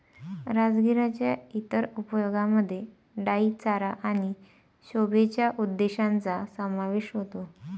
राजगिराच्या इतर उपयोगांमध्ये डाई चारा आणि शोभेच्या उद्देशांचा समावेश होतो